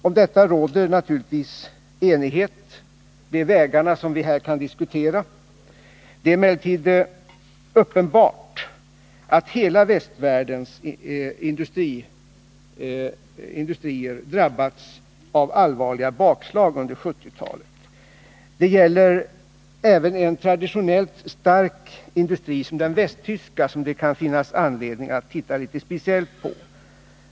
Om detta råder naturligtvis enighet. Det är vägarna mot detta mål som vi här kan diskutera. Det är emellertid uppenbart att hela västvärldens industrier drabbats av allvarliga bakslag under 1970-talet. Det gäller även en traditionellt stark industri som den västtyska, som det kan finnas anledning att titta litet speciellt på.